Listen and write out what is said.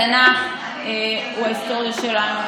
התנ"ך הוא ההיסטוריה שלנו,